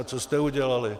A co jste udělali?